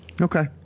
Okay